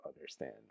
understand